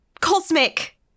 cosmic